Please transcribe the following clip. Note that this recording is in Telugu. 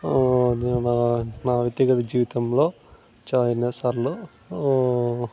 నేను నా నా వ్యక్తిగత జీవితంలో చా ఎన్నోసార్లు